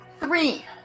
Three